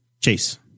Chase